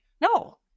no